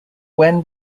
when